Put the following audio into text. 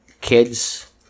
kids